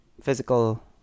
physical